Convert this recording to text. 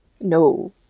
No